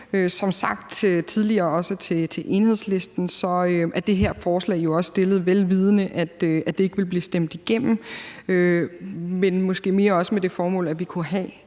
Som sagt tidligere, også til Enhedslisten, er det her forslag jo også fremsat, vel vidende at det ikke ville blive stemt igennem, men måske mere også med det formål, at vi kunne have